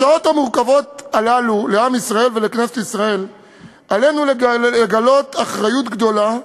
בשעות המורכבות הללו לעם ישראל ולכנסת ישראל עלינו לגלות אחריות גדולה,